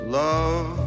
love